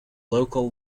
local